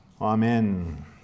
Amen